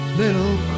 little